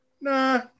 Nah